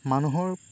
মানুহৰ